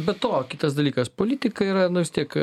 be to kitas dalykas politikai yra nu vis tiek